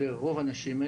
אלה רוב האנשים.